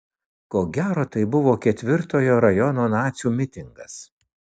ko gero tai buvo ketvirtojo rajono nacių mitingas